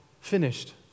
finished